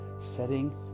setting